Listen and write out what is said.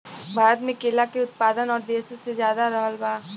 भारत मे केला के उत्पादन और देशो से ज्यादा रहल बा